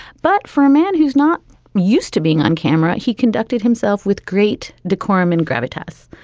but for a man who's not used to being on camera, he conducted himself with great decorum and gravitas.